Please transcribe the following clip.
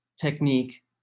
technique